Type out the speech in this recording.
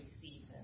season